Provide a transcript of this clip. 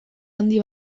handi